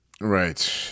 Right